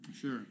Sure